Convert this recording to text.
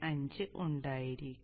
75 ഉണ്ടായിരിക്കും